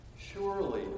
Surely